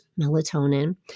melatonin